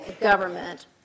government